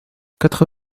quatre